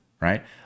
Right